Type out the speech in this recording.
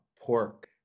pork